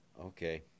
Okay